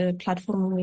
platform